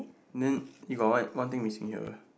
then you got one one thing missing here